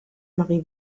marie